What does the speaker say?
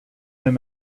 him